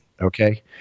okay